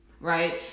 right